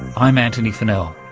i'm antony funnell.